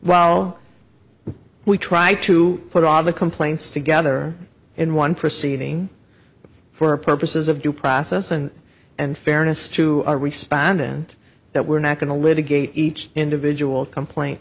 well we try to put all of the complaints together in one preceeding for purposes of due process and and fairness to respond and that we're not going to litigate each individual complaint